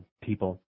people